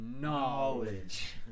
knowledge